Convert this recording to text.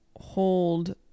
hold